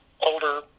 older